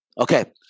Okay